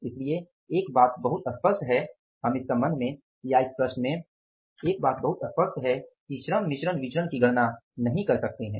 इसलिए एक बात बहुत स्पष्ट है कि हम इस संबंध में या इस प्रश्न में श्रम मिश्रण विचरण की गणना नहीं कर सकते हैं